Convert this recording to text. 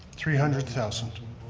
three hundred thousand.